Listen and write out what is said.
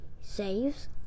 saves